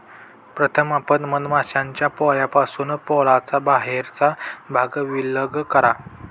प्रथम आपण मधमाश्यांच्या पोळ्यापासून पोळ्याचा बाहेरचा भाग विलग करा